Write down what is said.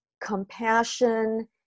compassion